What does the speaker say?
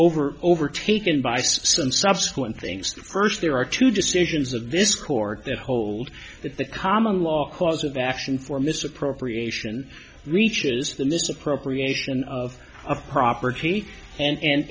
over overtaken by some subsequent things first there are two decisions of this court that hold that the common law cause of action for misappropriation reaches the misappropriation of a property and and